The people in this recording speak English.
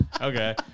Okay